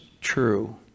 true